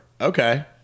Okay